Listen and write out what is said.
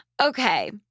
Okay